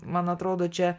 man atrodo čia